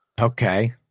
Okay